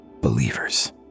Believers